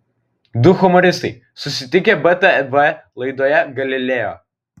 du humoristai susitikę btv laidoje galileo